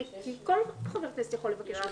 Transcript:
כי כל חבר כנסת יכול לבקש רוויזיה.